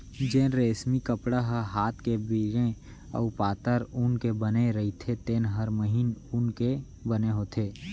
जेन रेसमी कपड़ा ह हात के बिने अउ पातर ऊन के बने रइथे तेन हर महीन ऊन के बने होथे